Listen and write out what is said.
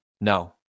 No